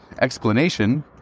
explanation